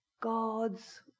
God's